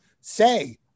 say